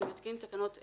אני מתקין תקנות אלה: